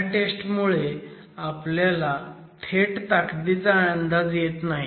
ह्या टेस्टमुळे आपल्याला थेट ताकदीचा अंदाज येत नाही